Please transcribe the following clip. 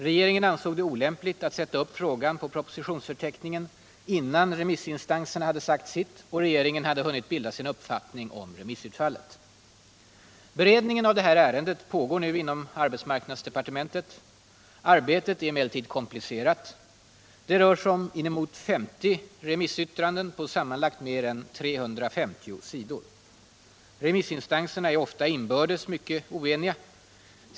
Regeringen ansåg det olämpligt att sätta upp frågan på propositionsförteckningen innan remissinstanserna hade sagt sitt och regeringen hade hunnit bilda sig en uppfattning om remissutfallet. facklig verksamhet på arbetsplatsen Beredningen av detta ärende pågår nu inom arbetsmarknadsdepartementet. Arbetet är emellertid komplicerat. Det rör sig om inemot 50 remissyttranden på sammanlagt mer än 350 sidor. Remissinstanserna är i många fall inbördes mycket oeniga.